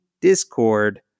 Discord